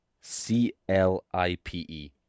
C-L-I-P-E